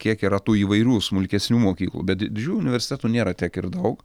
kiek yra tų įvairių smulkesnių mokyklų bet didžiųjų universitetų nėra tiek ir daug